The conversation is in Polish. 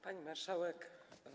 Pani Marszałek!